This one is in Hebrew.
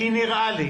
כי נראה לי